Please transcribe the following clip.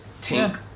tank